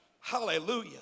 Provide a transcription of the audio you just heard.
hallelujah